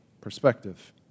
perspective